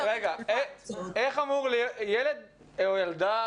איך אמור ילד או ילדה,